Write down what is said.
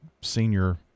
senior